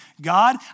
God